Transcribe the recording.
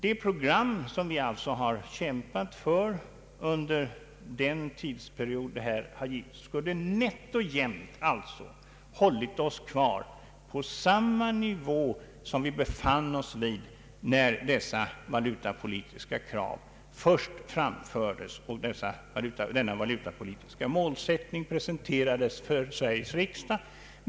Det program som vi alltså har kämpat för under den tidsperiod som det här har gällt skulle sålunda nätt och jämnt ha hållit oss kvar på samma nivå som vi befann oss på när dessa valutapolitiska krav först framfördes och den valutapolitiska målsättningen presenterades för riksdagen.